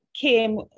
came